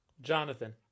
Jonathan